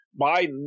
Biden